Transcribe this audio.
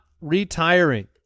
retiring